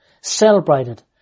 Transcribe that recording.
celebrated